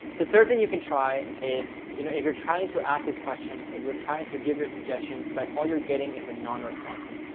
the third thing you can try is you know if you're trying to ask these questions, if you're trying to give your suggestions, but all you're getting is a non-response,